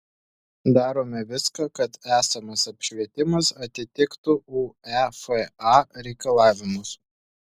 darome viską kad esamas apšvietimas atitiktų uefa reikalavimus